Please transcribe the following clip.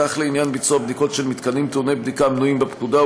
כך לעניין ביצוע בדיקות של מתקנים טעוני בדיקה המנויים בפקודה,